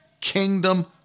Kingdom